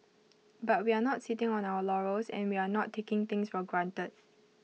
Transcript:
but we're not sitting on our laurels and we're not taking things for granted